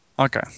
Okay